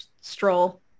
stroll